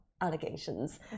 allegations